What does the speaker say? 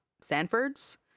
Sanford's